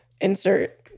Insert